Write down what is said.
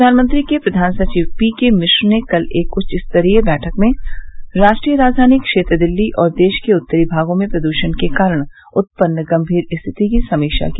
प्रधानमंत्री के प्रधान सचिव पी के मिश्र ने कल एक उच्च स्तरीय बैठक में राष्ट्रीय राजधानी क्षेत्र दिल्ली और देश के उत्तरी भागों में प्रदूषण के कारण उत्पन्न गंभीर स्थिति की समीक्षा की